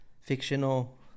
fictional